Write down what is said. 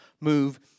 move